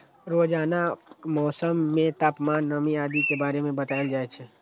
रोजानाक मौसम मे तापमान, नमी आदि के बारे मे बताएल जाए छै